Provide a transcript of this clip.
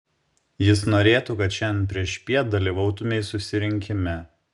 jis norėtų kad šiandien priešpiet dalyvautumei susirinkime